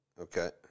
Okay